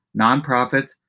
nonprofits